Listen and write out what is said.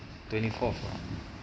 twenty fourth